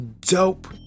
dope